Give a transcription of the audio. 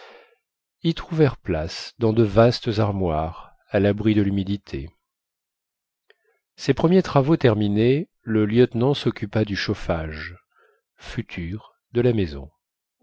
y trouvèrent place dans de vastes armoires à l'abri de l'humidité ces premiers travaux terminés le lieutenant s'occupa du chauffage futur de la maison